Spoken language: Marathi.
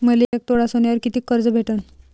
मले एक तोळा सोन्यावर कितीक कर्ज भेटन?